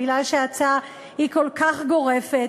מכיוון שההצעה היא כל כך גורפת,